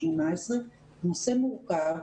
18 הוא נושא מורכב,